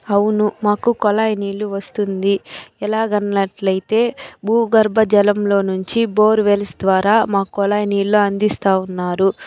అవును మాకు కొళాయి నీళ్ళు వస్తుంది ఎలాగ అన్నట్లు అయితే భూగర్భ జలంలో నుంచి బోర్వెల్స్ ద్వారా మా కొళాయి నీళ్ళు అందిస్తూ ఉన్నారు